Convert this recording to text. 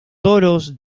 toros